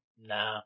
Nah